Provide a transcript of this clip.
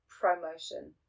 promotion